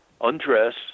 undress